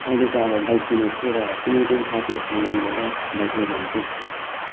अहिले त अब बाइक किनेको छु र कुनै दिन साथीहरूसँग मिलेर बाइकमा जान्छु